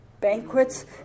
banquets